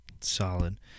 Solid